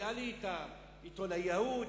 מביאים לי את העיתונאי ההוא,